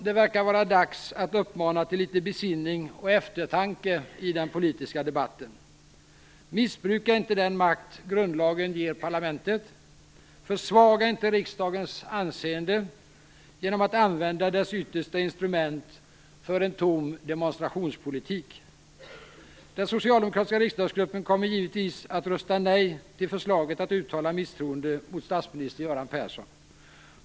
Det verkar vara dags att uppmana till litet besinning och eftertanke i den politiska debatten. Missbruka inte den makt grundlagen ger parlamentet! Försvaga inte riksdagens anseende genom att använda dess yttersta instrument för en tom demonstrationspolitik! Den socialdemokratiska riksdagsgruppen kommer givetvis att rösta nej till förslaget att uttala misstroende mot statsminister Göran Persson.